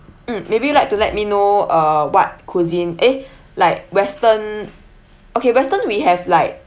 mm maybe you'd like to let me know uh what cuisine eh like western okay western we have like